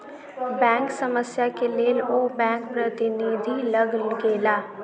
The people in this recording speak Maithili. बैंक समस्या के लेल ओ बैंक प्रतिनिधि लग गेला